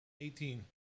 Eighteen